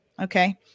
okay